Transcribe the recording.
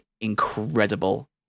incredible